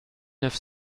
neuf